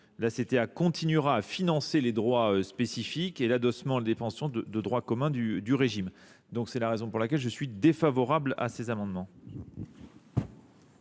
la CTA continuera à financer les droits spécifiques et l’adossement des pensions de droit commun du régime. C’est la raison pour laquelle je suis défavorable à ces amendements.